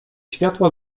światła